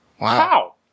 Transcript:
Wow